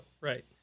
Right